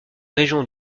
régions